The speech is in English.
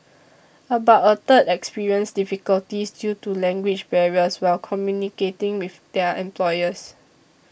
about a third experienced difficulties due to language barriers while communicating with their employers